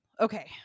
Okay